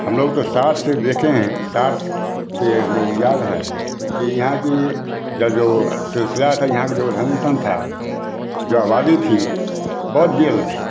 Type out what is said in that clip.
हम लोग तो साठ से देखे हैं साठ से हम लोग याद है कि यहाँ की जब जो सिलसिला था यहाँ का जो रहन सहन था जो आबादी थी बहुत थी